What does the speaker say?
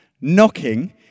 knocking